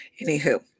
anywho